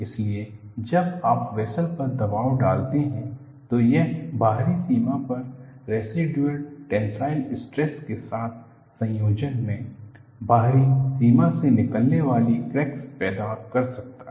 इसलिए जब आप वेसल पर दबाव डालते हैं तो यह बाहरी सीमा पर रैसिडुअल टेंसाइल स्ट्रेस के साथ संयोजन में बाहरी सीमा से निकलने वाली क्रैक्स पैदा कर सकता है